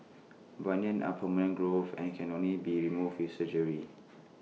bunions are permanent growths and can only be removed with surgery